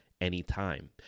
anytime